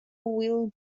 will